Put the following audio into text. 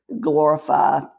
glorify